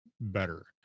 better